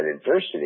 adversity